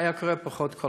היה קורה פחות כל